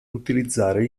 utilizzare